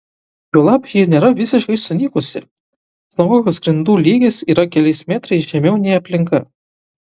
juolab ji nėra visiškai sunykusi sinagogos grindų lygis yra keliais metrais žemiau nei aplinka